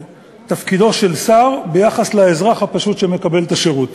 תפקידו של שר ביחס לאזרח הפשוט שמקבל את השירות.